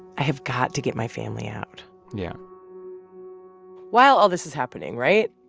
i have got to get my family out yeah while all this is happening right?